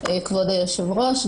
כבוד היושב-ראש,